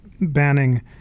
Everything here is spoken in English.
banning